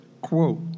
Quote